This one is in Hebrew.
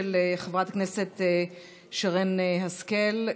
של חברת הכנסת שרן השכל,